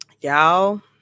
y'all